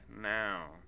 now